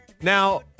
Now